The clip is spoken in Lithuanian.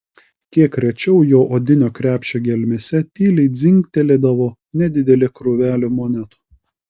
kiek rečiau jo odinio krepšio gelmėse tyliai dzingtelėdavo nedidelė krūvelė monetų